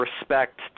respect